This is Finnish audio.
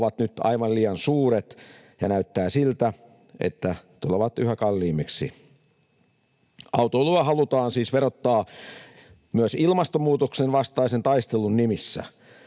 ovat nyt aivan liian suuret, ja näyttää siltä, että ne tulevat yhä kalliimmiksi. Autoilua halutaan siis verottaa myös ilmastonmuutoksen vastaisen taistelun nimissä.